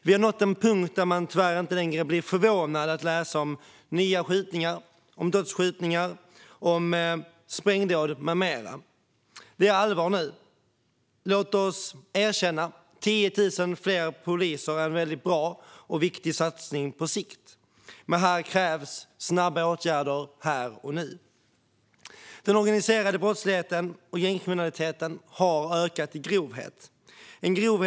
Vi har nått en punkt där man tyvärr inte längre blir förvånad över att läsa om nya skjutningar, dödsskjutningar, sprängdåd med mera. Det är allvar nu. Låt oss erkänna: På sikt är 10 000 fler poliser en väldigt bra och viktig satsning, men det krävs snabba åtgärder här och nu. Den organiserade brottsligheten och gängkriminaliteten har blivit allt grövre.